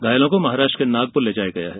घायलों को महाराष्ट्र के नागपुर ले जाया गया है